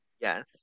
yes